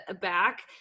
back